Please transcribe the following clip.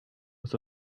was